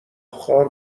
خوار